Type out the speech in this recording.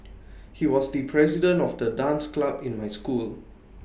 he was the president of the dance club in my school